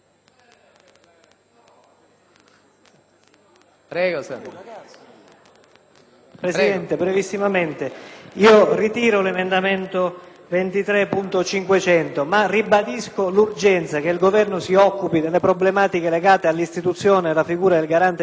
*(PdL)*. Signor Presidente, ritiro l'emendamento 24.500, ma ribadisco l'urgenza che il Governo si occupi delle problematiche legate all'istituzione della figura del garante dei diritti dei detenuti,